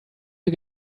you